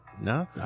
No